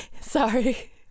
Sorry